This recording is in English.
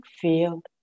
field